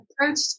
approached